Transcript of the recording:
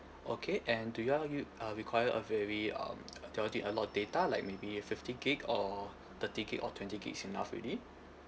okay and do y'all you uh require a very um do y'all need a lot of data like maybe fifty gigabytes or thirty gigabytes or twenty gigabytes enough already